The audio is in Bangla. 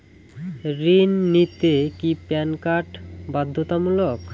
ঋণ নিতে কি প্যান কার্ড বাধ্যতামূলক?